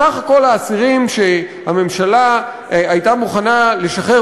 סך כל האסירים שהממשלה הייתה מוכנה לשחרר